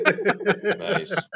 Nice